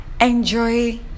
enjoy